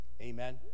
Amen